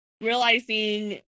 realizing